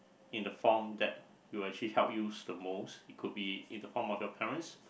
in the form that will actually help you the most it could be in the form of your parents